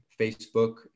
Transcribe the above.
Facebook